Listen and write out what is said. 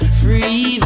free